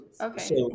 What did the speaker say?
Okay